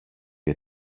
για